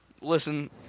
Listen